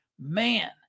Man